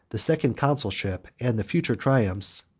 the second consulship, and the future triumphs,